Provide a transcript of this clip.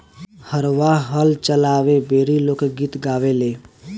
हरवाह हल चलावे बेरी लोक गीत गावेले